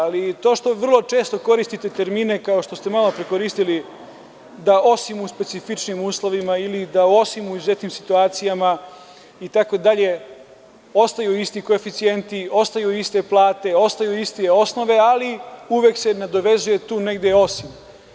Ali, to što vrlo često koristite termine koje ste malopre koristili, da osim u specifičnim uslovima, osim u izuzetnim situacijama itd, ostaju isti koeficijenti, ostaju iste plate, ostaju iste osnove, ali uvek se nadovezuje tu negde osim.